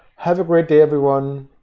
have a great day everyone,